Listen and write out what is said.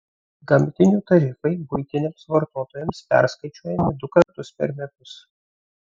gamtinių tarifai buitiniams vartotojams perskaičiuojami du kartus per metus